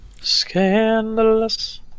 Scandalous